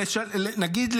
נגיד,